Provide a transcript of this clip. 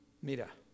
Mira